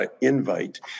invite